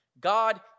God